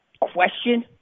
question